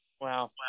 Wow